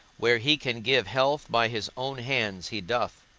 where he can give health by his own hands he doth,